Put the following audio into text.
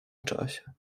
czasie